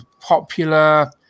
popular